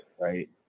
right